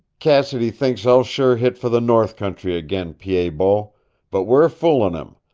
cassidy thinks i'll sure hit for the north country again, pied-bot. but we're foolin' him.